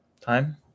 Time